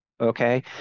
Okay